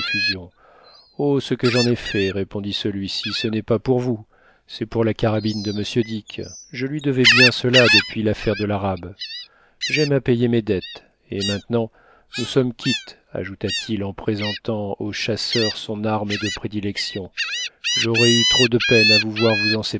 oh ce que j'en ai fait répondit celui-ci ce n'est pas pour vous c'est pour la carabine de m dick je lui devais bien cela depuis l'affaire de l'arabe j'aime à payer mes dettes et maintenant nous sommes quittes ajouta-t-il en présentant au chasseur son arme de prédilection j'aurais eu trop de peine à vous voir vous en